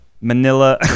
Manila